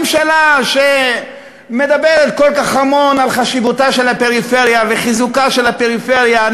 ממשלה שמדברת כל כך המון על חשיבותה של הפריפריה וחיזוקה של הפריפריה,